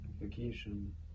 vacation